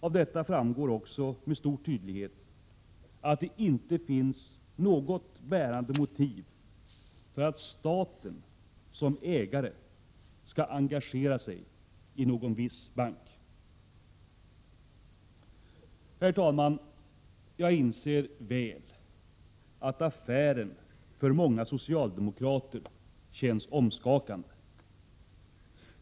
Av detta framgår också, med stor tydlighet, att det inte finns något bärande motiv för att staten som ägare skall engagera sig i någon viss bank. Herr talman! Jag inser väl att affären för många socialdemokrater känns omskakande.